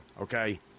Okay